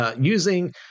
using